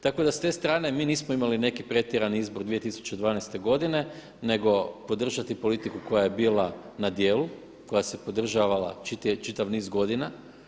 Tako da s te strane mi nismo imali neki pretjerani izbor 2012. godine nego podržati politiku koja je bila na djelu, koja se podržavala čitav niz godina.